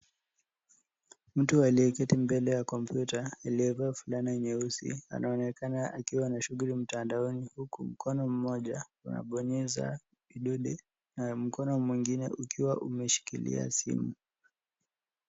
Mtu aliyeketi mbele ya komputa aliyevaa fulana nyeusi anaonekana akiwa na shughuli mtandaoni huku mkono mmoja unabonyeza vidude na mkono mwingine ukiwa umeshikilia simu.